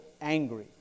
angry